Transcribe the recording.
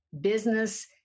business